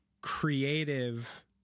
creative